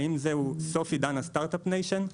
האם זהו סוף עידן הסטארט-אפ ניישן?